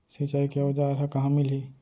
सिंचाई के औज़ार हा कहाँ मिलही?